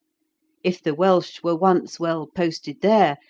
if the welsh were once well posted there,